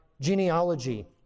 genealogy